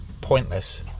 pointless